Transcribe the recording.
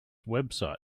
website